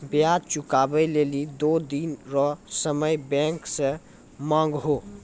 ब्याज चुकबै लेली दो दिन रो समय बैंक से मांगहो